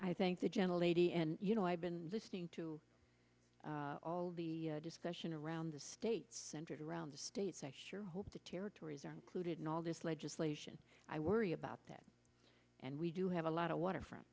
i think the general you know i've been listening to all the discussion around the state centered around the state so i sure hope the territories are included in all this legislation i worry about that and we do have a lot of waterfront